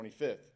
25th